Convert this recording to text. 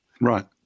Right